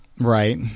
Right